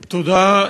תודה.